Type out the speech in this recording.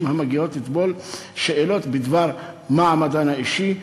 המגיעות לטבול שאלות בדבר מעמדן האישי,